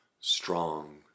strong